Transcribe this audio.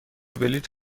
بلیط